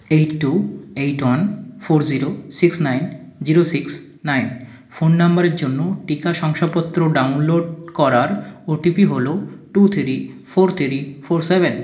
eight two eight one four zero six nine zero six nine phone নাম্বারের জন্য টিকা শংসাপত্র ডাউনলোড করার ওটিপি হলো two three four three four seven